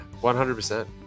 100%